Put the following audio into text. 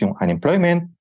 unemployment